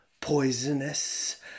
poisonous